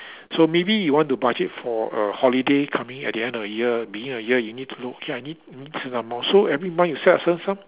so maybe you want to budget for a holiday coming at the end of the year within a year you need to know okay I need I need certain amount so every month you set a certain sum